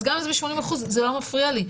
אז גם אם זה ב-80% זה לא מפריע לי.